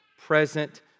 present